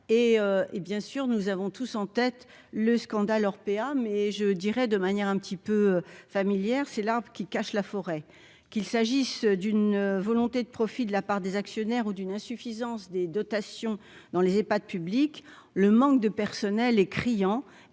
et, bien sûr, nous avons tous en tête le scandale Orpea mais je dirai de manière un petit peu familière, c'est l'arbre qui cache la forêt, qu'il s'agisse d'une volonté de profit de la part des actionnaires ou d'une insuffisance des dotations dans les EPHAD public le manque de personnel est criant